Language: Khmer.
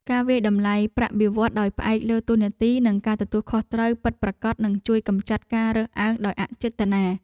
ការវាយតម្លៃប្រាក់បៀវត្សរ៍ដោយផ្អែកលើតួនាទីនិងការទទួលខុសត្រូវពិតប្រាកដនឹងជួយកម្ចាត់ការរើសអើងដោយអចេតនា។